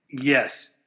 yes